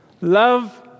Love